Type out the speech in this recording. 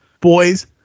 Boys